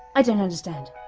i don't understand.